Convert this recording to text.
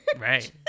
Right